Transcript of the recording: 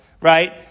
right